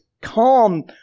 calm